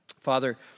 Father